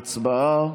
הצבעה.